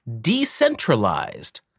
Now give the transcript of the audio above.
Decentralized